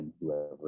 whoever